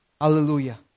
Hallelujah